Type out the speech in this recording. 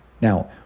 Now